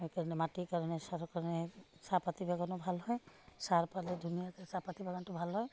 সেইকাৰণে মাটিৰ কাৰণে চাহৰ কাৰণে চাহপাতৰ বাগানো ভাল হয় সাৰ পালে ধুনীয়াকৈ চাহপাত বাগানটো ভাল হয়